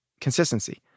consistency